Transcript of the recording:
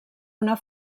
una